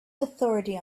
authority